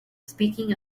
speaking